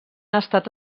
estat